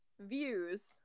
views